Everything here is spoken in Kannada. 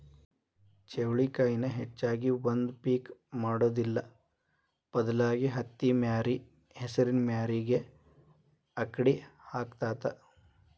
ಚೌಳಿಕಾಯಿನ ಹೆಚ್ಚಾಗಿ ಒಂದ ಪಿಕ್ ಮಾಡುದಿಲ್ಲಾ ಬದಲಾಗಿ ಹತ್ತಿಮ್ಯಾರಿ ಹೆಸರಿನ ಮ್ಯಾರಿಗೆ ಅಕ್ಡಿ ಹಾಕತಾತ